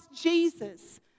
Jesus